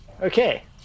Okay